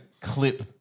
clip